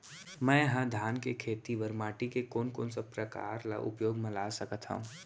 मै ह धान के खेती बर माटी के कोन कोन से प्रकार ला उपयोग मा ला सकत हव?